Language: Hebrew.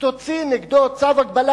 תוציא נגדו צו הגבלה,